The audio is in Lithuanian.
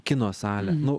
kino salę nu